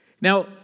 Now